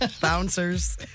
bouncers